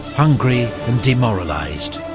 hungry and demoralised,